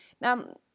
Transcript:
Now